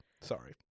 sorry